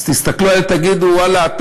אז תסתכלו עלי ותגידו: ואללה,